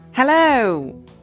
Hello